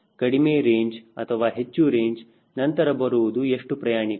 ಕಡಿಮೆ ರೇಂಜ್ ಅಥವಾ ಹೆಚ್ಚು ರೇಂಜ್ ನಂತರ ಬರುವುದು ಎಷ್ಟು ಪ್ರಯಾಣಿಕರು